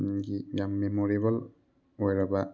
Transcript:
ꯒꯤ ꯌꯥꯝ ꯃꯦꯃꯣꯔꯦꯕꯜ ꯑꯣꯏꯔꯕ